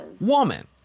woman